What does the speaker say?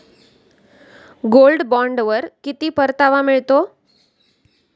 Gold बॉण्डवर किती परतावा मिळतो?